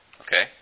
Okay